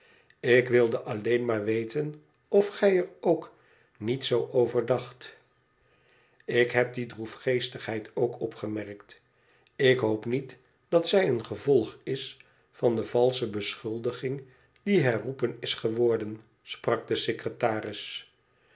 ik wilde alleen maar weten of gij er k niet zoo over dacht lik heb die droefgeesstigheid ook opgemerkt ik hoop niet dat zij een gevolg is van de valsche beschuldiging die herroepen is geworden sprak de secretaris